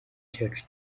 cyacu